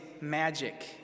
magic